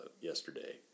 yesterday